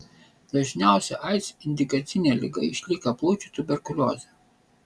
dažniausia aids indikacinė liga išlieka plaučių tuberkuliozė